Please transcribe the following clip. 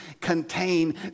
contain